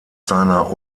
seiner